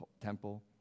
temple